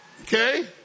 Okay